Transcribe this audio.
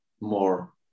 more